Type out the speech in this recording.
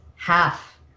half